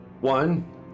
One